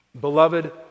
Beloved